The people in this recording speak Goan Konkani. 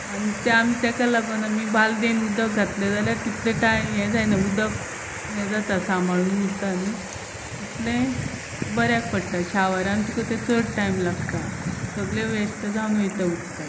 आनी ते आमी ताका लागोन आमी बालदेन उदक घातले जाल्यार तितके टायम हे जायना उदक हे जाता सांबाळून उरता न्हय तितले बऱ्याक पडटा शावरान तुका ते चड टायम लागता सगळे वेस्ट जावन वयता उदक